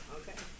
okay